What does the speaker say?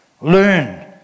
learn